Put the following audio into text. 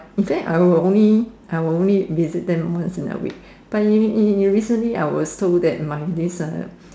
he say I will only I will only visit them once a week but he recently I was told that my this uh